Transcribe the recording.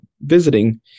visiting